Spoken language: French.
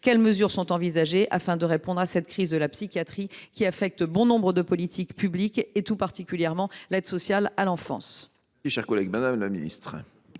quelles mesures sont envisagées afin de répondre à cette crise de la psychiatrie affectant bon nombre d’autres politiques publiques, tout particulièrement l’aide sociale à l’enfance ?